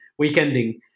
weekending